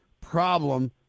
problem